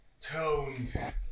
toned